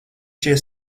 šie